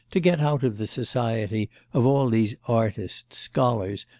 to get out of the society of all these artists, scholars,